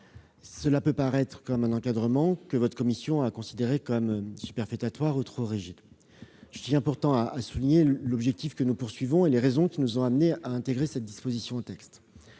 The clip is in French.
peut apparaître comme une mesure d'encadrement, et votre commission l'a considérée comme superfétatoire et trop rigide. Je tiens pourtant à souligner l'objectif que nous poursuivons et les raisons qui nous ont conduits à intégrer une telle disposition au texte.